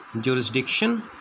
jurisdiction